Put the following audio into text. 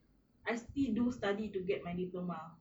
I still do study to get my diploma